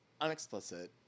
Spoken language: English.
unexplicit